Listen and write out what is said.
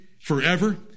forever